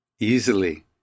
easily